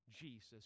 Jesus